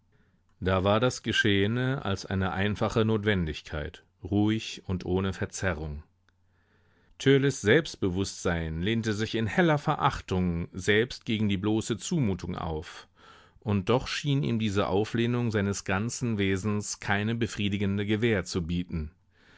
da war das geschehene als eine einfache notwendigkeit ruhig und ohne verzerrung törleß selbstbewußtsein lehnte sich in heller verachtung selbst gegen die bloße zumutung auf und doch schien ihm diese auflehnung seines ganzen wesens keine befriedigende gewähr zu bieten